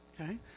Okay